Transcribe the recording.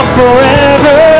forever